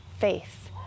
faith